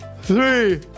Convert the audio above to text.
three